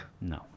No